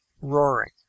roaring